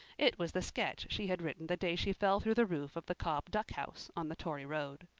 it was the sketch she had written the day she fell through the roof of the cobb duckhouse on the tory road.